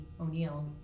O'Neill